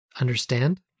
understand